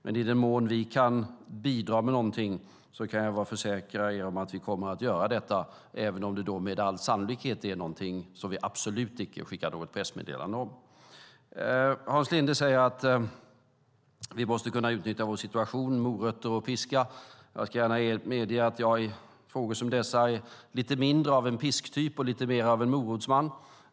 Men i den mån vi kan bidra med någonting kan jag försäkra er om att vi kommer att göra detta, även om det med all sannolikhet är någonting som vi absolut icke skickar något pressmeddelande om. Hans Linde säger att vi måste kunna utnyttja vår situation. Det handlar om morötter och piska. Jag ska gärna medge att jag i frågor som dessa är lite mindre av en pisktyp och lite mer av en morotsman.